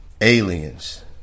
aliens